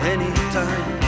Anytime